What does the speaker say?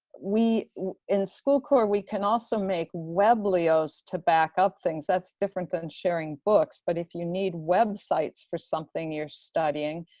we in school corps, we can also make weblios to back up things. that's different than sharing books, but if you need websites for something you're studying,